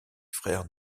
frères